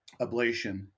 ablation